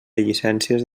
llicències